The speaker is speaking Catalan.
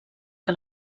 que